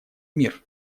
мир